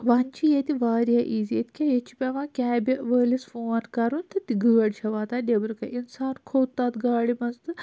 وۄنی چھِ ییٚتہِ وارِیاہ اِیٖزی ییٚتہِ کیٛاہ ییٚتہِ چھُ پیٚوان کیبہِ وٲلِس فون کَرُن تہٕ گٲڑۍ چھِ واتان نیبرٕ کَنہِ اِنسان کھوٚت تَتھ گاڑِ منٛز تہٕ